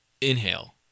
inhale